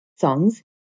Songs